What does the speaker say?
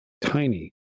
tiny